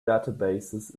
databases